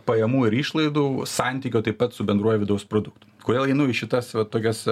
pajamų ir išlaidų santykio taip pat su bendruoju vidaus produktu kodėl einu į šitas va tokias